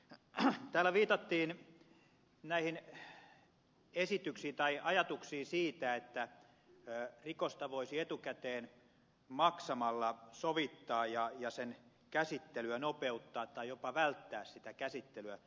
täällä viitattiin näihin esityksiin tai ajatuksiin siitä että rikosta voisi etukäteen maksamalla sovittaa ja sen käsittelyä nopeuttaa tai jopa välttää sitä käsittelyä